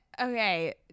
Okay